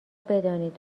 بدانید